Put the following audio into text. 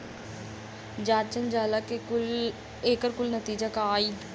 जांचल जाला कि एकर कुल नतीजा का आई